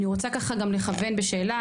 אני רוצה ככה גם לכוון בשאלה,